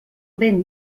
vent